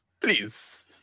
please